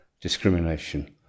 discrimination